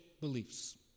beliefs